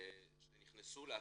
שנכנסו לאתר,